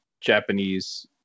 Japanese